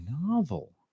novel